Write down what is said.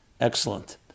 Excellent